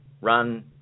run